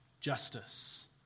justice